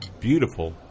beautiful